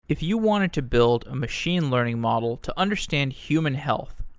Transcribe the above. if you wanted to build a machine learning model to understand human health,